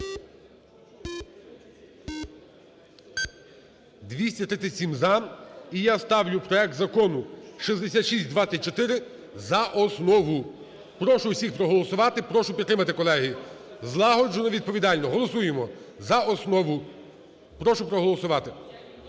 За-237 І я ставлю проект Закону 6624 за основу. Прошу всіх проголосувати, прошу підтримати, колеги, злагоджено і відповідально, голосуємо за основу. Прошу проголосувати,